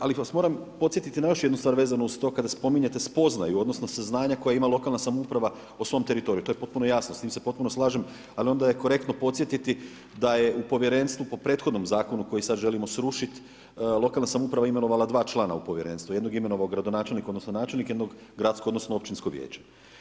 Ali vas moram podsjetiti na još jednu stvar vezano uz to kada spominjete spoznaju odnosno saznanja koja ima lokalna samouprava o svom teritoriju, to je potpuno jasno, s tim se potpuno slažem, ali onda je korektno podsjetiti da je u povjerenstvu po prethodnom zakonu koji sada želimo srušiti, lokalna samouprava imenovala dva člana u povjerenstvu, jednog je imenova gradonačelnik odnosno načelnik, jednog gradsko odnosno općinsko vijeće.